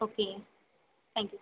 okay thank you